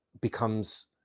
becomes